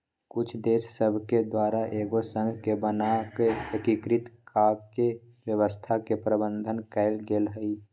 कुछ देश सभके द्वारा एगो संघ के बना कऽ एकीकृत कऽकेँ व्यवस्था के प्रावधान कएल गेल हइ